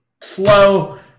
slow